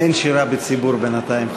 אין שירה בציבור בינתיים,